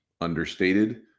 understated